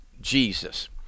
Jesus